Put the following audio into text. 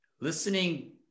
Listening